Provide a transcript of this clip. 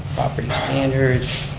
property standards.